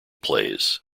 plays